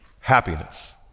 happiness